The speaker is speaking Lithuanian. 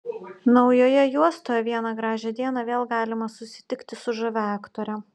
naujoje juostoje vieną gražią dieną vėl galima susitikti su žavia aktore